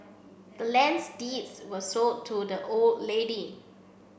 the land's deeds was sold to the old lady